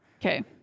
Okay